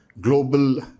global